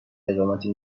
اقامتی